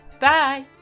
Bye